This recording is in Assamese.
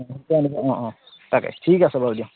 অঁ অঁ তাকে ঠিক আছে বাৰু দিয়ক